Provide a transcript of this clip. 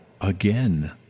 again